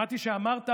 שמעתי שאמרת